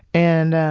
and, ah,